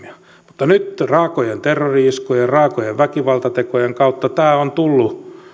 mutta nyt raakojen terrori iskujen ja raakojen väkivaltatekojen kautta tämä on tullut